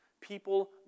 people